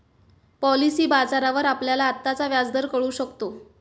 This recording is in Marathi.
पॉलिसी बाजारावर आपल्याला आत्ताचा व्याजदर कळू शकतो